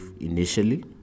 initially